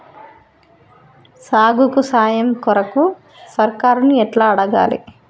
సాగుకు సాయం కొరకు సర్కారుని ఎట్ల అడగాలే?